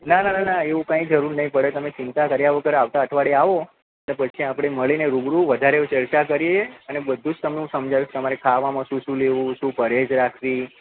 ના ના ના ના એવું કંઈ જરૂર નહીં પડે તમે ચિંતા કર્યા વગર આવતાં અઠવાડિયે આવો અને પછી આપણે મળીને રૂબરૂ વધારે ચર્ચા કરીએ અને બધું જ તમને હું સમજાવીશ તમારે ખાવામાં શું શું લેવું શું શું પરેજ રાખવી